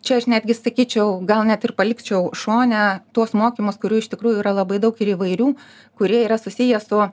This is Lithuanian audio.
čia aš netgi sakyčiau gal net ir palikčiau šone tuos mokymus kurių iš tikrųjų yra labai daug ir įvairių kurie yra susiję su